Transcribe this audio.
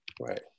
Right